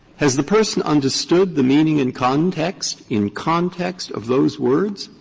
has the person understood the meaning in context, in context of those words,